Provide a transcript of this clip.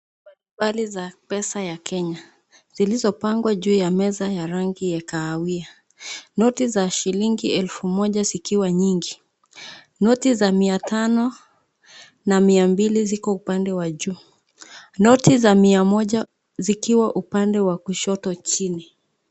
za pesa ya Kenya zilizopangwa juu ya meza ya rangi ya kahawia, noti za shilingi elfu moja zikiwa nyingi, noti za mia tano na mia mbili zimewekwa upande wa juu noti za mia moja zikiwa upande wa kushoto chini.